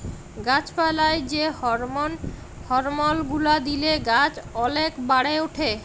গাছ পালায় যে হরমল গুলা দিলে গাছ ওলেক বাড়ে উঠে